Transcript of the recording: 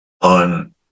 on